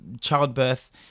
childbirth